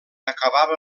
acabava